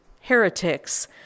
heretics